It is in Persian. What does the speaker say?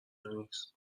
نیست